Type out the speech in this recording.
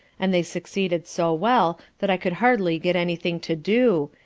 and they succeeded so well that i could hardly get any thing to do,